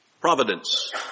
providence